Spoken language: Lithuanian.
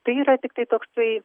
tai yra tiktai toksai